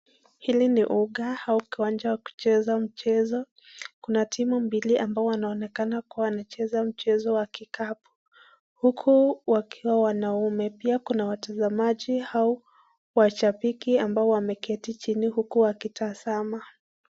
Hili ni uga au kiwanja wa kucheza mchezo kuna timu mbili ambao wanaonekana kuwa wanacheza mchezo wa kikapu huku wakiwa wanaume pia kuna watazamaji au mashabiki ambao wameketi chini huku wakitazama.